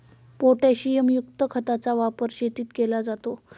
पोटॅशियमयुक्त खताचा वापर शेतीत केला जातो